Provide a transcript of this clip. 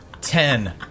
Ten